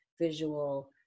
visual